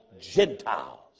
Gentiles